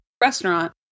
Restaurant